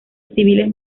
civiles